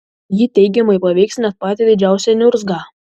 ji teigiamai paveiks net patį didžiausią niurzgą